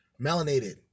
Melanated